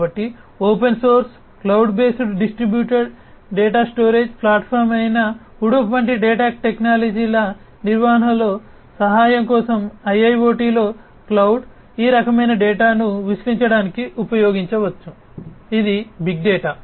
కాబట్టి open source cloud based distributed data storage platform అయిన Hadoop వంటి డేటా టెక్నాలజీల నిర్వహణలో సహాయం కోసం IIoT లో క్లౌడ్ ఈ రకమైన డేటాను విశ్లేషించడానికి ఉపయోగించవచ్చు ఇది బిగ్ డేటా